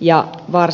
ja varsin hajanainen